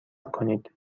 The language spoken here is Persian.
کنید